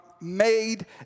made